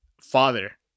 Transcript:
Father